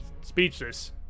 speechless